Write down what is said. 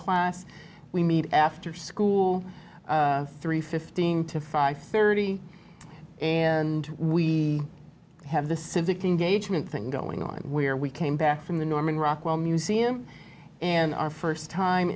class we meet after school three fifteen to five thirty and we have the civic engagement thing going on where we came back from the norman rockwell museum and our first time